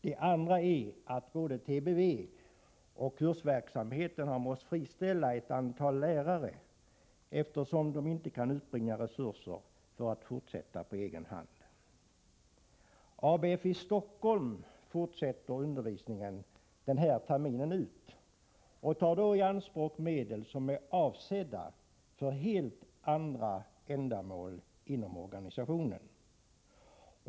Det andra är att både TBV och Kursverksamheten har måst friställa ett antal lärare, eftersom de inte kan uppbringa resurser för att fortsätta på egen hand. ABFi Stockholm fortsätter undervisningen den här terminen ut och tar då i anspråk medel som är avsedda för helt andra ändamål inom organisationen.